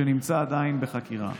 שנמצא עדיין בחקירה,